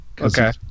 Okay